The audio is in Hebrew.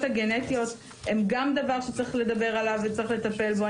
הגנטיות הם דבר שצריך לדבר עליו וגם לטפל בו.